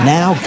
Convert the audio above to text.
Now